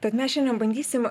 tad mes šiandien bandysime